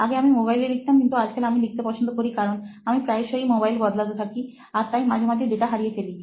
আগে আমি মোবাইলে লিখতাম কিন্তু আজকাল আমি লিখতে পছন্দ করি কারণ আমি প্রায়শই মোবাইলে বদলাতে থাকি আর তাই মাঝে মাঝে ডেটা হারিয়ে ফেলি